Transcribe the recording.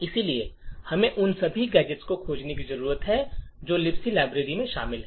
इसलिए हमें उन सभी गैजेट्स को खोजने की जरूरत है जो लिब्सलाइब्रेरी में शामिल हैं